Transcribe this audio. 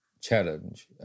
challenge